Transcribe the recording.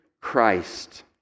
Christ